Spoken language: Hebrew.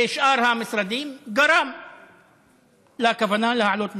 ושאר המשרדים, גרם לכוונה להעלות מחירים.